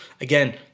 again